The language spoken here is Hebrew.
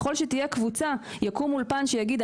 אם תהיה קבוצה ויקום אולפן שיגיד,